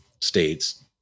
States